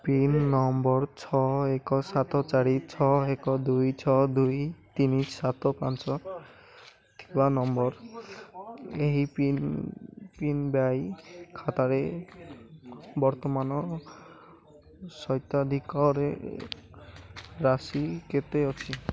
pin number ଛଅ ଏକ ସାତ ଚାରି ଏକ ଦୁଇ ଛଅ ଦୁଇ ତିନି ସାତ ପାଞ୍ଚ ଥିବା ନମ୍ବର୍ ଏହି ପିନ୍ ପିନ୍ ୱାଇ ଖାତାରେ ବର୍ତ୍ତମାନ ସ୍ୱତ୍ୱାଧିକାରେ ରାଶି କେତେ ଅଛି